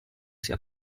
sia